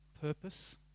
Purpose